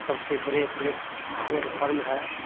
सबसे बड़े plate platform है